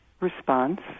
response